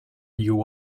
you